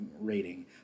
rating